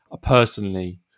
Personally